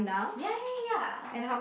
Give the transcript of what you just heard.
ya ya ya